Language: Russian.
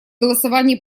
голосовании